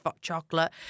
chocolate